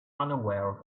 unaware